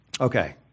Okay